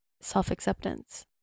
self-acceptance